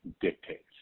dictates